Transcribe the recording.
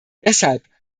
deshalb